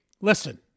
Listen